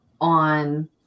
on